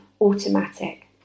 automatic